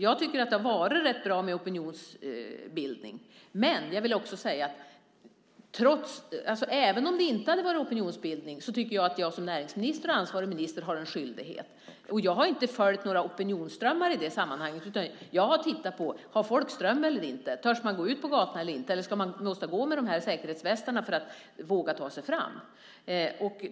Jag tycker alltså att det har varit en ganska stark opinionsbildning, även om jag anser att jag som näringsminister och ansvarig minister har en skyldighet att agera även utan opinionsbildning. Jag har i det sammanhanget inte följt några opinionsströmmar, utan jag har tittat på om folk har ström eller inte, om de törs gå ut på gatorna eller om de måste ha på sig säkerhetsvästar för att våga ta sig fram.